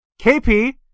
KP